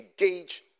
engage